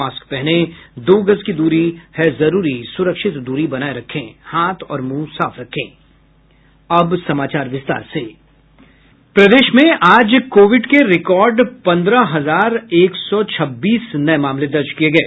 mask पहनें दो गज दूरी है जरूरी सुरक्षित दूरी बनाये रखें हाथ और मुंह साफ रखें अब समाचार विस्तार से प्रदेश में आज कोविड के रिकार्ड पंद्रह हजार एक सौ छब्बीस नये मामले दर्ज किये गये